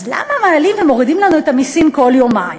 אז למה מעלים ומורידים לנו את המסים כל יומיים?